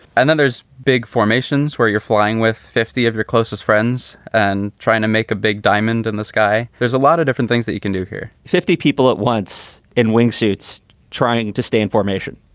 and then there's big formations where you're flying with fifty of your closest friends and trying to make a big diamond in the sky. there's a lot of different things that you can do here fifty people at once in wing suits trying to stay in formation.